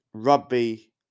rugby